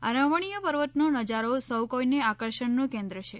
આ રમણીય પર્વતનો નજારો સૌ કોઇનું આકર્ષણનું કેન્દ્ર છે